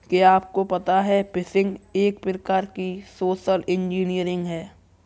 क्या आपको पता है फ़िशिंग एक प्रकार की सोशल इंजीनियरिंग है?